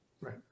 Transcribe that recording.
Right